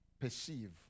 perceive